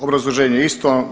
Obrazloženje isto.